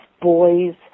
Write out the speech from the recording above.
boys